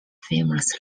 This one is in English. famous